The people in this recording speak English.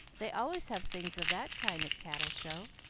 they always have things of that kind at cattle show